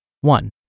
One